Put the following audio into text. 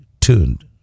tuned